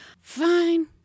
Fine